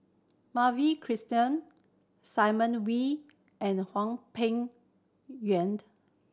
Madhavi Krishnan Simon Wee and Hwang Peng